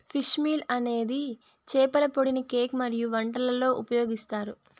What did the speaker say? fish meal అనేది చేపల పొడిని కేక్ మరియు వంటలలో ఉపయోగిస్తారు